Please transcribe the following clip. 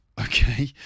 okay